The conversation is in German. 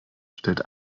stellt